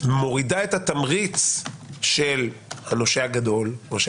מורידה את התמריץ של הנושה הגדול או של